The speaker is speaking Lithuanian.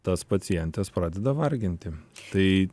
tas pacientes pradeda varginti tai